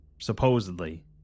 supposedly